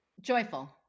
Joyful